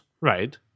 Right